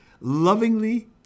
lovingly